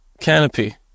canopy